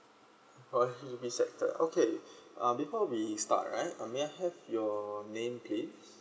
for H_D_B sector okay uh before we start right uh may I have your name please